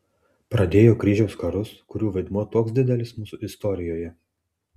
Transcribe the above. pradėjo kryžiaus karus kurių vaidmuo toks didelis mūsų istorijoje